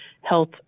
health